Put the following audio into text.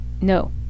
no